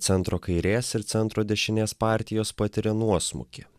centro kairės ir centro dešinės partijos patiria nuosmukį